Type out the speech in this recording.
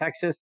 Texas